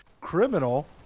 criminal